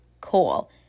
Cool